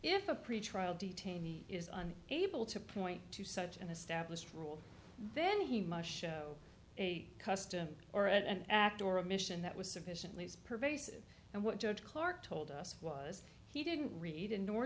if a pretrial detainee is on able to point to such and established rules then he must show a custom or an act or a mission that was sufficiently as pervasive and what judge clark told us was he didn't read and nor